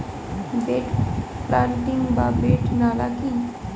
Bed planting বা bed নালা কি?